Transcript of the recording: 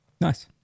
Nice